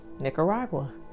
Nicaragua